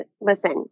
listen